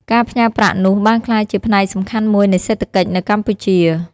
ការផ្ញើប្រាក់នោះបានក្លាយជាផ្នែកសំខាន់មួយនៃសេដ្ឋកិច្ចនៅកម្ពុជា។